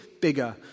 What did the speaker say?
bigger